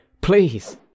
Please